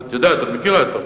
את מכירה את זה,